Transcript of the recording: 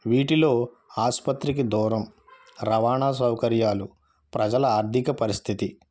వీటిలో ఆస్పత్రికి దూరం రవాణా సౌకర్యాలు ప్రజల ఆర్థిక పరిస్థితి